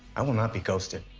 i will not be ghosted.